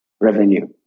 revenue